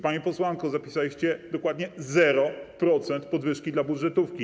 Pani posłanko, zapisaliście dokładnie 0% podwyżki dla budżetówki.